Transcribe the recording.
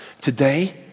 today